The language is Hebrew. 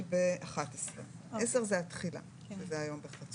אני בסעיף 11. סעיף 10 הוא סעיף התחילה שהיא היום בחצות.